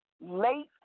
late